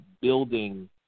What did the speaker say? building